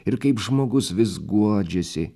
ir kaip žmogus vis guodžiasi